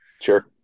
Sure